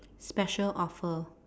special offer